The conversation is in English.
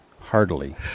heartily